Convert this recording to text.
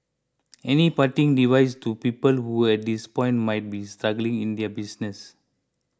any parting device to people who at this point might be struggling in their business